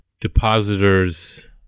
depositors